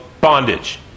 bondage